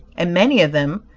and many of them,